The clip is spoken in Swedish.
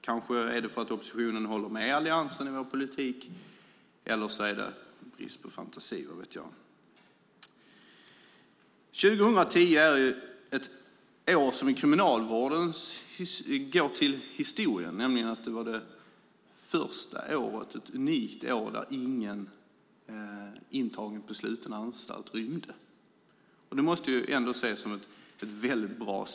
Kanske är det för att oppositionen håller med Alliansen i sin politik, eller kanske är det på grund av brist på fantasi - vad vet jag? År 2010 är ett år som i kriminalvården går till historien. Det var nämligen det första året, ett unikt år, då ingen intagen på sluten anstalt rymde. Det måste ses som väldigt bra.